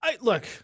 Look